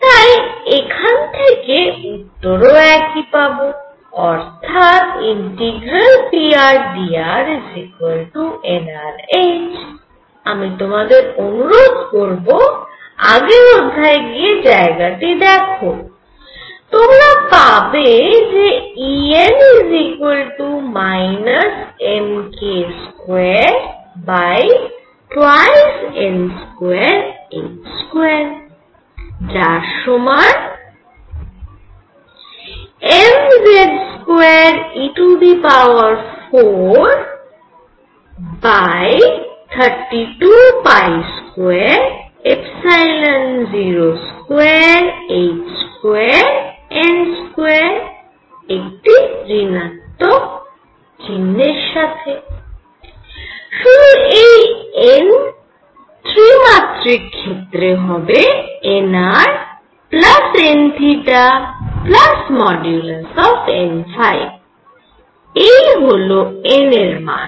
তাই এখান থেকে উত্তরও একই পাবো অর্থাৎ ∫prdrnrh আমি তোমাদের অনুরোধ করব আগের অধ্যায়ে গিয়ে এই জায়গাটি দেখো তোমরা পাবে যে En mk22n22 যার সমান mZ2e4322022n2 শুধু এই n ত্রিমাত্রিক ক্ষেত্রে হবে be nrnn এই হল n এর মান